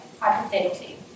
hypothetically